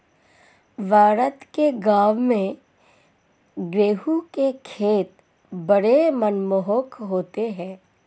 भारत के गांवों में गेहूं के खेत बड़े मनमोहक होते हैं